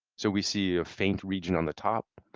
so we see a faint region on the top,